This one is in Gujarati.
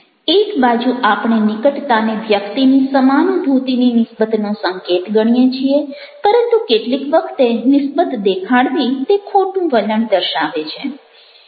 એક બાજુ આપણે નિકટતાને વ્યક્તિની સમાનુભૂતિની નિસ્બતનો સંકેત ગણીએ છીએ પરંતુ કેટલીક વખતે નિસ્બત દેખાડવી તે ખોટું વલણ દર્શાવે છે